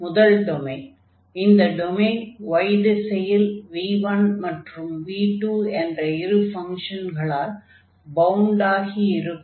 முதல் டொமைன் இந்த domain y திசையில் v1 மற்றும் v2 என்ற இரு ஃபங்ஷன்களால் பவுண்டெட் ஆகி இருக்கும்